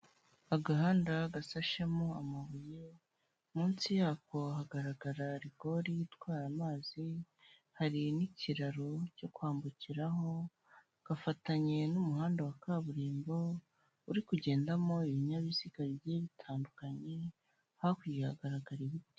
Agahanda gasashemo amabuye munsi yako hagaragara rigoreri itwara amazi, hari n'ikiraro cyo kwambukiraho gafatanye n'umuhanda wa kaburimbo, uri kugendamo ibinyabiziga bigiye bitandukanye, hakurya hagaragara ibiti.